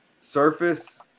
Surface